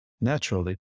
naturally